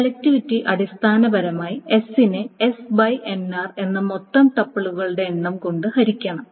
selectivity അടിസ്ഥാനപരമായി s നെ എന്ന മൊത്തം ടപ്പിളുകളുടെ എണ്ണം കൊണ്ട് ഹരിക്കണം